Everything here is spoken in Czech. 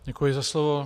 Děkuji za slovo.